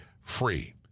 free